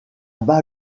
bas